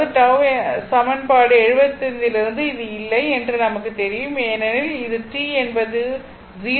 எனவே சமன்பாடு 75 லிருந்து இது இல்லை என்று நமக்கு தெரியும் ஏனெனில் இது t என்பது 0 இல்லை